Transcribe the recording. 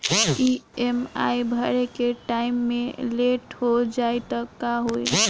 EMI भरे के time मे लेट हो जायी त का होई?